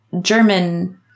German